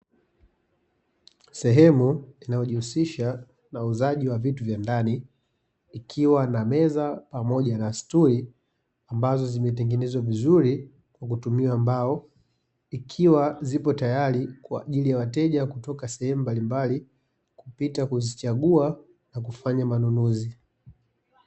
Sehemu inayojihusisha na uuzaji wa vitu vya ndani, ikiwa na meza pamoja na stuli, ambazo zimetengenezwa vizuri kwa kutumia mbao, ikiwa zipo tayari kwa ajili ya wateja kutoka sehemu mbalimbali, kupita kuzichagua na kufanya manunuzi.